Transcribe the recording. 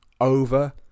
over